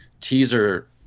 teaser